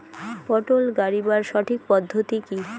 পটল গারিবার সঠিক পদ্ধতি কি?